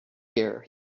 here